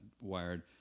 wired